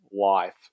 life